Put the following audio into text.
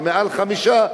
ומעל חמישה,